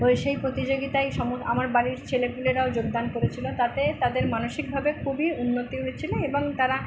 ওই সেই প্রতিযোগিতায় আমার বাড়ির ছেলেপুলেরাও যোগদান করেছিলো তাতে তাদের মানসিকভাবে খুবই উন্নতি হয়েছিলো এবং তারা